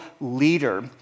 leader